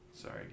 Sorry